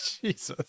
Jesus